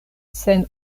sen